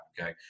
okay